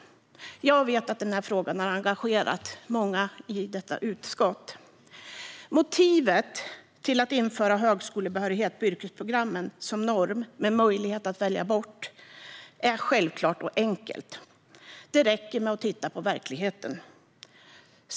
Jag vet att denna fråga har engagerat många i detta utskott. Motivet till att införa högskolebehörighet på yrkesprogrammen som norm, med möjlighet att välja bort, är självklart och enkelt. Det räcker med att titta på verkligheten.